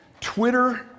Twitter